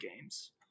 games